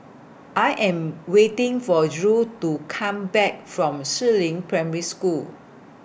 I Am waiting For Drew to Come Back from Si Ling Primary School